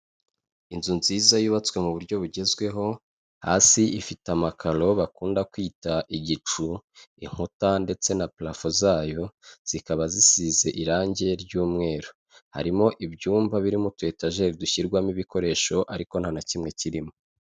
Inzu nziza yubatswe mu buryo bugezweho, hasi ifite amakaro bakunda kwita igicu, inkuta ndetse na parafo zayo, zikaba zisize irangi ry'umweru .Harimo ibyumba birimo utuyetajeri dushyirwamo ibikoresho ariko nta na kimwe kirimo.